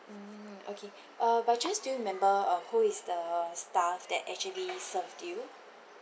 mm okay uh by chance do you remember uh who is the staff that actually served you